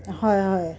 হয় হয়